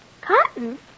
Cotton